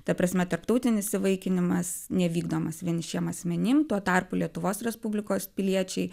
ta prasme tarptautinis įvaikinimas nevykdomas vienišiem asmenim tuo tarpu lietuvos respublikos piliečiai